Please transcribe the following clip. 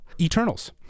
Eternals